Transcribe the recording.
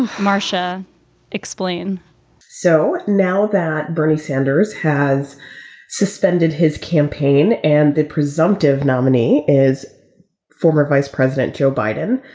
marsha explained so now that bernie sanders has suspended his campaign and the presumptive nominee is former vice president joe biden,